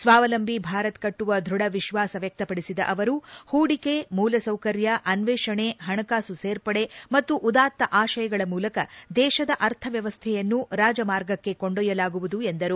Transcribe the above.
ಸ್ವಾವಲಂಬಿ ಭಾರತ ಕಟ್ಟುವ ದೃಢ ವಿಶ್ವಾಸ ವ್ಯಕ್ತಪಡಿಸಿದ ಅವರು ಹೂಡಿಕೆ ಮೂಲಸೌಕರ್ಯ ಅನ್ವೇಷಣೆ ಹಣಕಾಸು ಸೇರ್ಪಡೆ ಮತ್ತು ಉದಾತ್ತ ಆಶಯಗಳ ಮೂಲಕ ದೇಶದ ಅರ್ಥವ್ವವಸ್ವಯನ್ನು ರಾಜಮಾರ್ಗಕ್ಕೆ ಕೊಂಡೊಯ್ದಲಾಗುವುದು ಎಂದರು